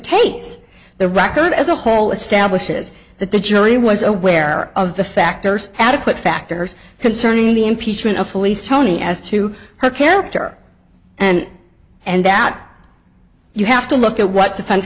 case the record as a whole establishes that the jury was aware of the factors adequate factors concerning the impeachment of police tony as to her character and and that you have to look at what def